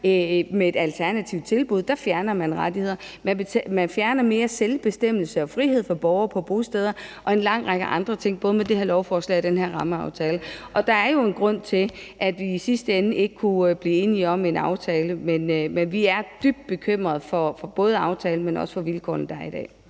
med et alternativt tilbud, fjerner man rettigheder. Man fjerner mere selvbestemmelse og frihed for borgere på bosteder og en lang række andre ting, både med det her lovforslag og rammeaftalen. Og der er jo en grund til, at vi i sidste ende ikke kunne blive enige om en aftale. Vi er dybt bekymrede både for aftalen, men også for de vilkår, der er i dag.